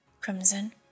Crimson